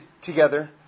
together